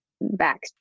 back